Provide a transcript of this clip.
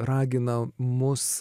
ragina mus